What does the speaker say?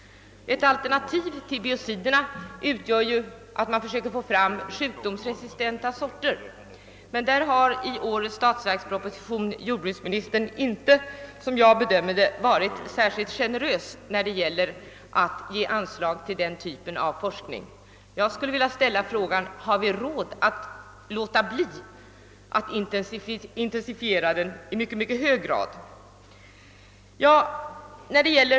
Ett alternativ till biociderna är försöken att få fram sjukdomsresistenta sorter, men jordbruksministern har som jag bedömer det inte varit särskilt generös i årets statsverksproposition när det gäller att anslå medel till den typen av forskning. Jag vill fråga: Har vi råd att underlåta att i mycket hög grad intensifiera den forskningen?